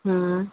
ਹਮ